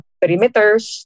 perimeters